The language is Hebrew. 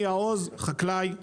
אני יעוז, חקלאי מהדרום.